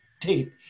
Tape